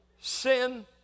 sin